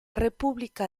república